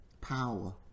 Power